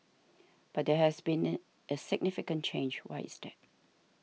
but there has been a significant change why is that